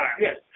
Yes